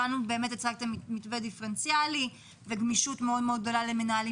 הצגתם מתווה דיפרנציאלי וגמישות מאוד מאוד למנהלים,